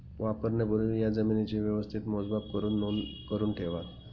वापरण्यापूर्वी या जमीनेचे व्यवस्थित मोजमाप करुन नोंद करुन ठेवा